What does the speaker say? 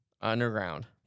Underground